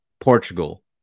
Portugal